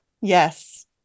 Yes